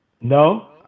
No